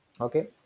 Okay